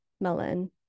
melon